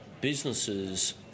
Businesses